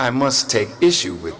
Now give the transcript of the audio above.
i must take issue with